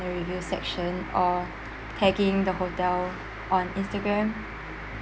the review section or tagging the hotel on instagram